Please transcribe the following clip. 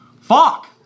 Fuck